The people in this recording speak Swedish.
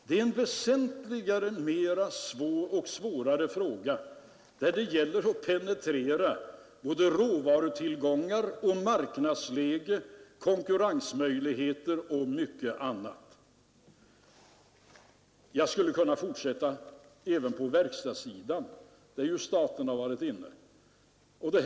Det är en väsentligt svårare fråga, där det gäller att penetrera såväl råvarutillgångar som marknadsläge och konkurrensmöjligheter och mycket annat. Jag skulle kunna fortsätta med verkstadssidan, där staten ju också har varit inne och skaffat sig erfarenheter.